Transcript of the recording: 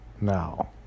Now